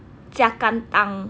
jiak kantang